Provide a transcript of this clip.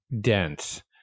dense